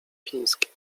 chińskie